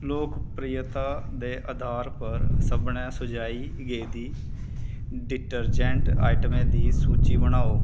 लोकप्रियता दे अधार पर सभनें सुझाई गेदी डिटर्जेंट आइटमें दी सूची बनाओ